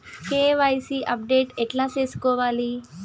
KYC update ఎట్లా సేసుకోవాలి?